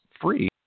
free